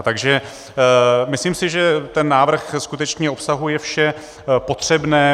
Takže myslím si, že ten návrh skutečně obsahuje vše potřebné.